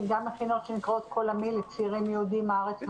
וגם מכינות שנקראות "קול עמי" לצעירים יהודים מהארץ ומהעולם,